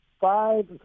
five